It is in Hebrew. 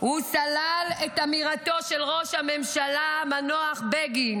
הוא סלל את אמירתו של ראש הממשלה המנוח בגין,